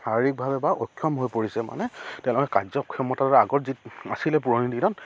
শাৰীৰিকভাৱে বা অক্ষম হৈ পৰিছে মানে তেওঁলোকে কাৰ্য ক্ষমতাৰ আগত যি আছিলে পুৰণি দিনত